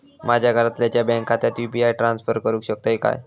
माझ्या घरातल्याच्या बँक खात्यात यू.पी.आय ट्रान्स्फर करुक शकतय काय?